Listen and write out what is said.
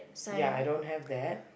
ya I don't have that